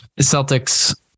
Celtics